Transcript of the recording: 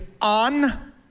on